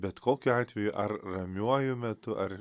bet kokiu atveju ar ramiuoju metu ar